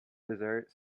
dessert